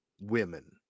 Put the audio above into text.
women